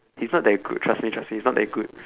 he's not that good trust me trust me he's not that good